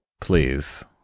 Please